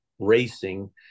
Racing